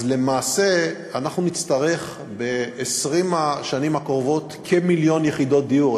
למעשה נצטרך ב-20 השנים הקרובות כמיליון יחידות דיור,